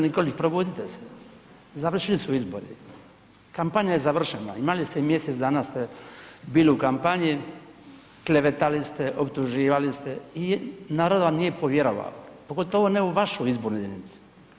Nikolić, probudite se, završili su izbori, kampanja je završena, imali ste, mjesec dana ste bili u kampanji, klevetali ste, optuživali ste i narod vam nije povjerovao, pogotovo ne u vašoj izbornoj jedinici.